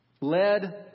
led